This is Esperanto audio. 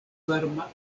varma